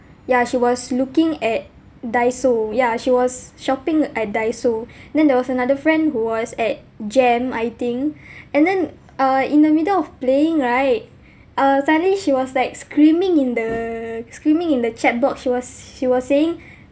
ya she was looking at Daiso ya she was shopping at Daiso then there was another friend who was at JEM I think and then uh in the middle of playing right uh suddenly she was like screaming in the screaming in the chat box she was she was saying